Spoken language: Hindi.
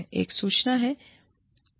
एक सूचना है